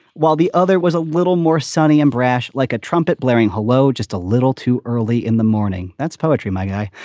while the other was a little more sunny and brash like a trumpet blaring. hello, just a little too early in the morning. that's poetry my guy.